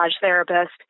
therapist